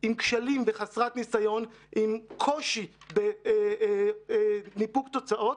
עם כשלים וחסרת ניסיון, עם קושי בניפוק תוצאות,